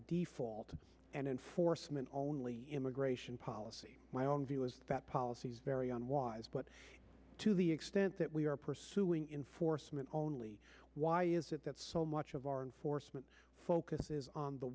default and enforcement only immigration policy my own view is that policy is very unwise but to the extent that we are pursuing in force only why is it that so much of our enforcement focuses on the